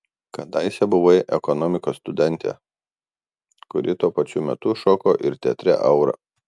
kadaise buvai ekonomikos studentė kuri tuo pačiu metu šoko ir teatre aura